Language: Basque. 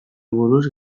buruz